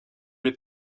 les